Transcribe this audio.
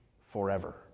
forever